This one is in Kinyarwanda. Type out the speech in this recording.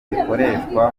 zikorershwa